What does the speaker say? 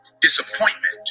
disappointment